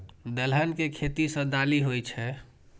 दलहन के खेती सं दालि होइ छै